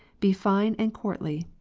be fine and courtly.